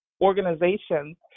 organizations